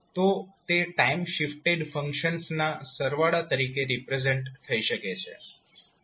તો તે time shifted functions ના સરવાળા તરીકે રિપ્રેઝેન્ટ થઈ શકે છે કેવી રીતે